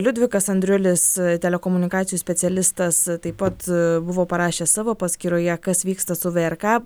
liudvikas andriulis telekomunikacijų specialistas taip pat buvo parašęs savo paskyroje kas vyksta su vrk